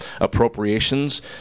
appropriations